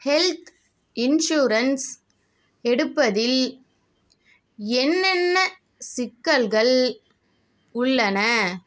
health insurance எடுப்பதில் என்னென்ன சிக்கல்கள் உள்ளன